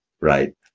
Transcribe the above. right